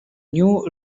new